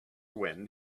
when